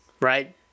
right